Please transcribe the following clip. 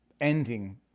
ending